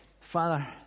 Father